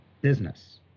business